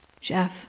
Jeff